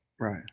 Right